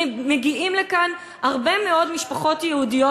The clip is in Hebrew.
מגיעות לכאן הרבה מאוד משפחות יהודיות